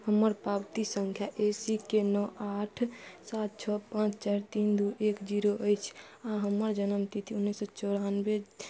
हमर पावती सँख्या ए सी के नओ आठ सात छओ पाँच चारि तीन दुइ एक जीरो अछि आओर हमर जनमतिथि उनैस सओ चौरानवे